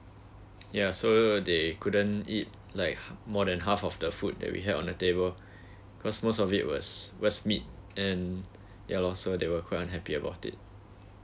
yes so they couldn't eat like more than half of the food that we had on the table cause most of it was was meat and ya lor so they were quite unhappy about it